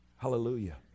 Hallelujah